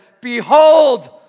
behold